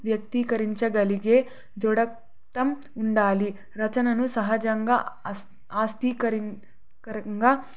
వ్యక్తీకరించగలిగే దృఢత్వం ఉండాలి రచనను సహజంగా ఆస్తీకరంగా